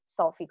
selfie